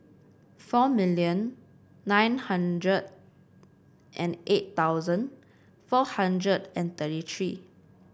four million nine hundred and eight thousand four hundred and thirty three